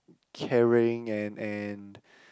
caring and and